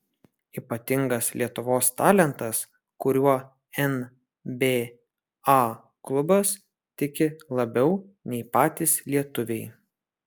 ypatingas lietuvos talentas kuriuo nba klubas tiki labiau nei patys lietuviai